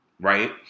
right